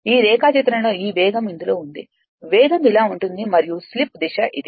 ఈ రేఖాచిత్రంలో ఈ వేగం ఇందులో ఉంది వేగం ఇలా ఉంటుంది మరియు స్లిప్ దిశ ఇది